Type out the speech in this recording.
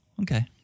okay